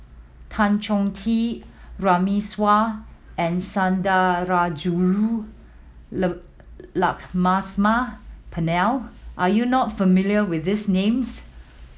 Tan Chong Tee Runme Shaw and Sundarajulu Lakshmana Perumal are you not familiar with these names